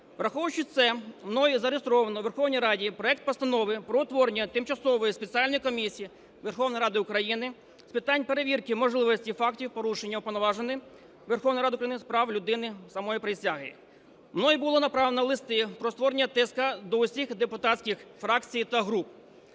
Враховуючи це, мною зареєстровано у Верховній Раді проект Постанови про утворення Тимчасової спеціальної комісії Верховної Ради України з питань перевірки можливості фактів порушення Уповноваженим Верховної Ради України з прав людини самої присяги. Мною було направлено листи про створення ТСК до усіх депутатських фракцій та груп,